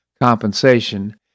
compensation